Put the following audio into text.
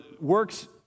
works